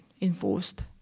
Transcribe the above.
enforced